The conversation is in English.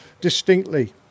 distinctly